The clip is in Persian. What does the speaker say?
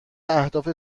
اهداف